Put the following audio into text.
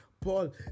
paul